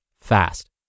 fast